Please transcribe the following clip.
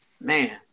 Man